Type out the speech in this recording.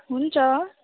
हुन्छ